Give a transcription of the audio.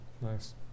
Nice